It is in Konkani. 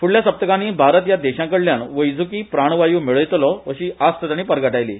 फुडल्या सप्तकांनी भारत या देशांकडल्यान वैज्की प्राणवाय् मेळयतलो अशी आस्त ताणी परगटायली